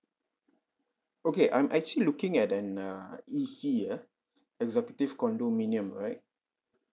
okay I'm actually looking at an err E_C ah executive condominium right